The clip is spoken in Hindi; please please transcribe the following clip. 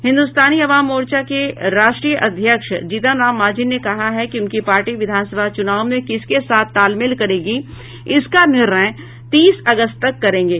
हिन्दुस्तानी अवाम मोर्चा के राष्ट्रीय अध्यक्ष जीतन राम मांझी ने कहा है कि उनकी पार्टी विधानसभा चुनाव में किसके साथ तालमेल करेगी इसका निर्णय तीस अगस्त तक करेंगे